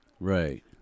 Right